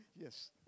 Yes